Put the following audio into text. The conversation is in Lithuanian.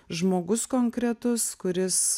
žmogus konkretus kuris